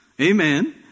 Amen